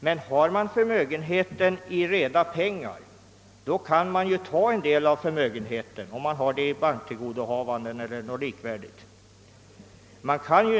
Men har man förmögenheten i reda pengar, kan man ta en del av denna om den ligger i banktillgodohavande eller något likvärdigt.